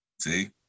See